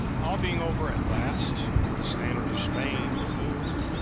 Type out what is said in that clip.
all being over at last, the standard of spain removed,